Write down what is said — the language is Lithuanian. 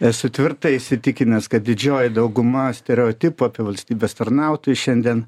esu tvirtai įsitikinęs kad didžioji dauguma stereotipų apie valstybės tarnautojus šiandien